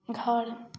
घर